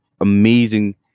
amazing